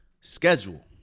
schedule